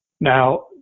Now